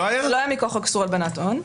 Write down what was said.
זה לא היה מכוח איסור הלבנת הון.